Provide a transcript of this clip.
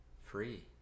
Free